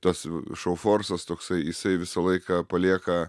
tas šou forsas toksai jisai visą laiką palieka